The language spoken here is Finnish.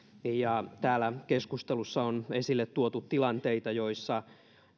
ja täällä keskustelussa on esille tuotu tilanteita joissa